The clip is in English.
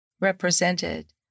represented